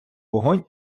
вогонь